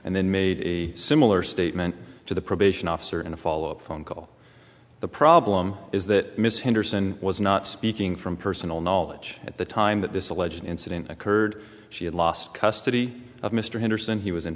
and then made a similar statement to the probation officer in a follow up phone call the problem is that miss henderson was not speaking from personal knowledge at the time that this alleged incident occurred she had lost custody of mr henderson he was in